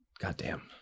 goddamn